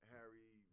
Harry